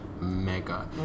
mega